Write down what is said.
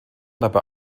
dabei